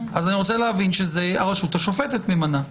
אני רוצה להבין שזאת הרשות השופטת ממנה.